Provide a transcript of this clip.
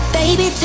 baby